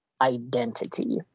identity